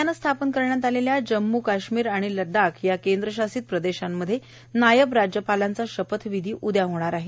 वस्पानं स्थापव करण्यात आलेल्या जम्मू काश्मीर आणि लद्दाख या केंद्रशासित प्रदेशांमध्ये नायब राज्यपालांचा शपथविधी उद्या होणार आहे